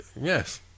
Yes